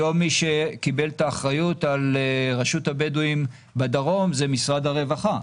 היום מי שקיבל את האחריות על רשות הבדווים בדרום זה משרד הרווחה.